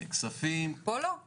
--- אני אומר את זה לחברים שלי פה,